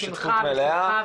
בשותפות מלאה,